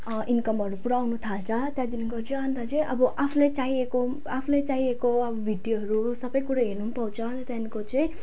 इन्कमहरू पुरा आउनथाल्छ त्यहाँदेखिको चाहिँ अन्त चाहिँ अब आफूलाई चाहिएको आफूलाई चाहिएको अब भिडियोहरू सबै कुरो हेर्नु पनि पाउँछ अन्त त्यहाँदेखिको चाहिँ